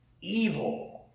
evil